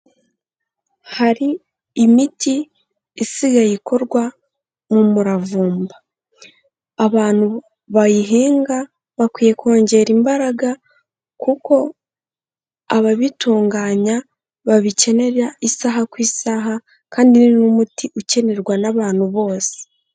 Hari imiti isigaye ikorwa mu muravumba, abantu bayihinga bakwiye kongera imbaraga kuko ababitunganya babikenera isaha ku isaha kandi ni n'umuti ukenerwa n'abantu bose.